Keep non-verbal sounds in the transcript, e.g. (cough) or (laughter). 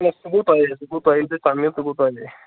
(unintelligible) تہِ گوٚو تۄہے سُہ گوٚو تۄہے تہٕ تَمیُٚک تہِ گوٚو تۄہے